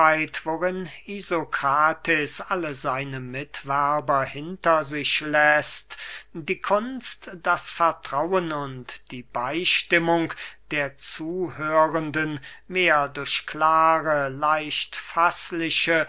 isokrates alle seine mitwerber hinter sich läßt die kunst das vertrauen und die beystimmung der zuhörenden mehr durch klare leicht faßliche